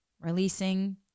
releasing